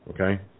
Okay